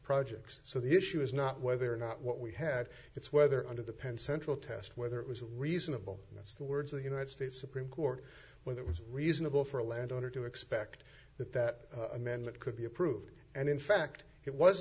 projects so the issue is not whether or not what we had it's whether under the pen central test whether it was reasonable that's the words of the united states supreme court whether it was reasonable for a landowner to expect that that amendment could be approved and in fact it was